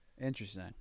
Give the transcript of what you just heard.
Interesting